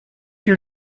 your